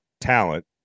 talent